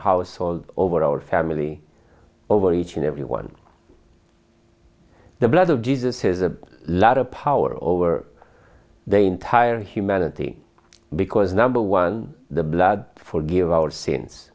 house all over our family over each and every one the blood of jesus has a lot of power over the entire humanity because number one the blood forgive ou